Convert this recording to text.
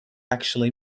actually